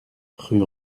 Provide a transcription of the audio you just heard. rue